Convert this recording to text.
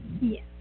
Yes